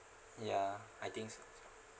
ya I think so